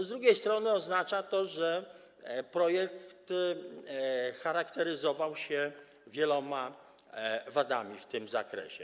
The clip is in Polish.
Z drugiej strony oznacza to, że projekt charakteryzował się wieloma wadami w tym zakresie.